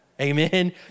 Amen